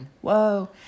whoa